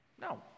No